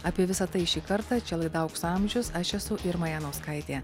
apie visa tai šį kartą čia laida aukso amžius aš esu irma janauskaitė